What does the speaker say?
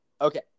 Okay